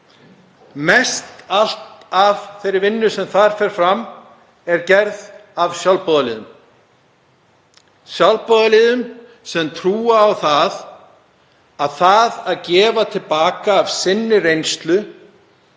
Mest allt af þeirri vinnu sem þar fer fram er unnin af sjálfboðaliðum, sjálfboðaliðum sem trúa á að það að gefa til baka af reynslu